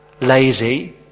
lazy